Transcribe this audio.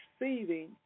receiving